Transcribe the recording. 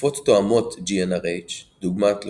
תרופות תואמות GnRH דוגמת לוקרין,